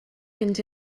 mynd